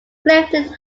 clifton